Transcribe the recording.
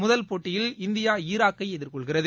முதல் போட்டியில் இந்தியா ஈராக்கை எதிர்கொள்கிறது